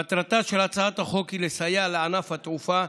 מטרתה של הצעת החוק היא לסייע לענף התעופה,